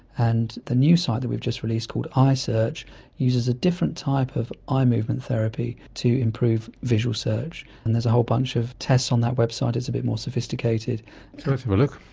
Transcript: and the new site that we've just released called eye-search uses a different type of eye movement therapy to improve visual search, and there's a whole bunch of tests on that website, it's a bit more sophisticated. let's have a look.